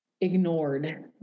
ignored